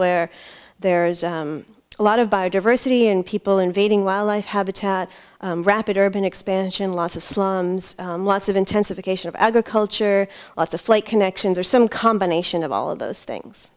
where there's a lot of biodiversity in people invading wildlife habitat rapid urban expansion lots of slums lots of intensification of agriculture lots of flight connections or some combination of all of those things